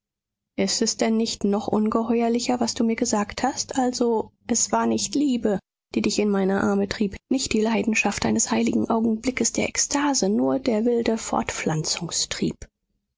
es denn nicht noch ungeheuerlicher was du mir gesagt hast also es war nicht liebe die dich in meine arme trieb nicht die leidenschaft eines heiligen augenblickes der ekstase nur der wilde